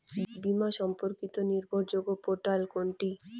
বীমা সম্পর্কিত নির্ভরযোগ্য পোর্টাল কোনটি?